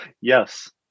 yes